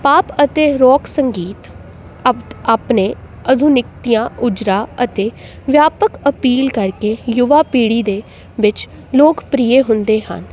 ਪਾਪ ਅਤੇ ਰੋਕ ਸੰਗੀਤ ਆਪ ਆਪਣੇ ਆਧੁਨਿਕਤੀਆਂ ਉਜਰਾ ਅਤੇ ਵਿਆਪਕ ਅਪੀਲ ਕਰਕੇ ਯੁਵਾ ਪੀੜੀ ਦੇ ਵਿੱਚ ਲੋਕਪ੍ਰਿਅ ਹੁੰਦੇ ਹਨ